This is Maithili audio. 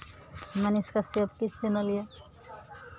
मनीष कश्यपके चैनल यए